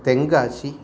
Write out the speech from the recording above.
तेङ्गाशिः